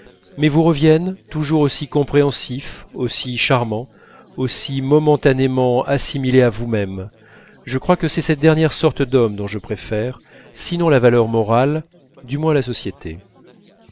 mais vous reviennent toujours aussi compréhensifs aussi charmants aussi momentanément assimilés à vous-même je crois que c'est cette dernière sorte d'hommes dont je préfère sinon la valeur morale du moins la société